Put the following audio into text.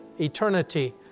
eternity